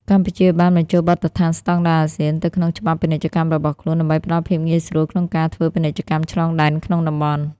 កម្ពុជាបានបញ្ចូលបទដ្ឋានស្ដង់ដារអាស៊ានទៅក្នុងច្បាប់ពាណិជ្ជកម្មរបស់ខ្លួន ដើម្បីផ្ដល់ភាពងាយស្រួលក្នុងការធ្វើពាណិជ្ជកម្មឆ្លងដែនក្នុងតំបន់។